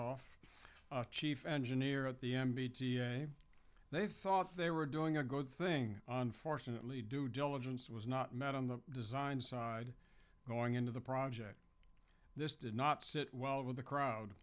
off chief engineer at the m b t a they thought they were doing a good thing unfortunately due diligence was not met on the design side going into the project this did not sit well with the crowd